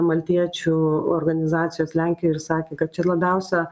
maltiečių organizacijos lenkijoj ir sakė kad čia labiausia